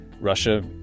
Russia